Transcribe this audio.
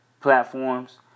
platforms